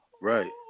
Right